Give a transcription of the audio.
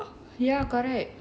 ya correct